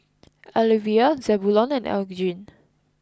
Alyvia Zebulon and Elgin